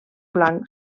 blanc